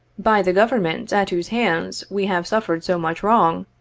by the government at whose hands we have suffered so much wrong,